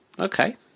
okay